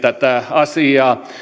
asiaa hän